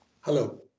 Hello